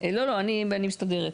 לא, לא, אני מסתדרת.